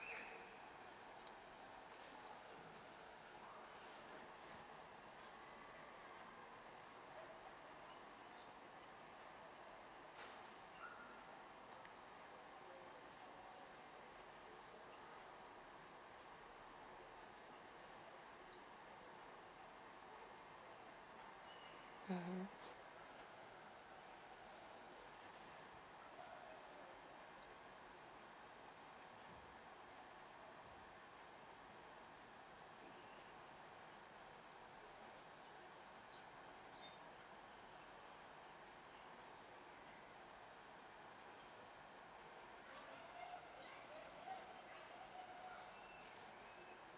mmhmm